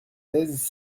seize